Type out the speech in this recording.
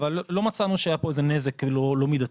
לא מצאנו שהיה פה נזק לא מידתי.